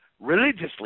religiously